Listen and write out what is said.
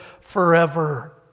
forever